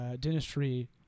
Dentistry